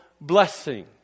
blessing